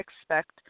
expect